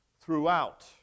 throughout